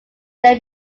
then